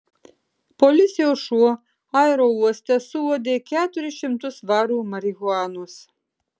policijos šuo aerouoste suuodė keturis šimtus svarų marihuanos